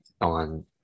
on